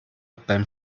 beim